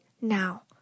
now